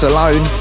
Alone